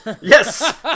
Yes